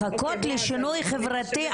לחכות לשינוי חברתי,